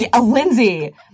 Lindsay